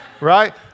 Right